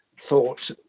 thought